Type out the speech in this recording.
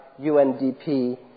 UNDP